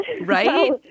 right